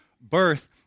birth